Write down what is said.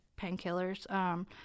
painkillers